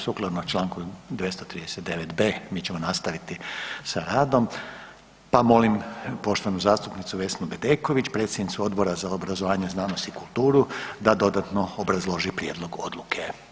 Sukladno Članku 239b. mi ćemo nastaviti sa radom pa molim poštovanu zastupnicu Vesnu Bedeković predsjednicu Odbora za obrazovanje, znanost i kulturu da dodatno obrazloži prijedlog odluke.